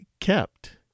kept